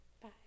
Bye